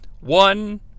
One